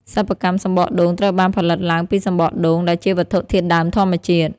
សិប្បកម្មសំបកដូងត្រូវបានផលិតឡើងពីសំបកដូង ដែលជាវត្ថុធាតុដើមធម្មជាតិ។